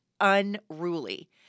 unruly